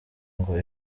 ngo